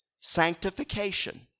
sanctification